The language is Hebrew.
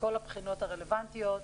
מכל הבחינות הרלוונטיות,